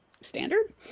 standard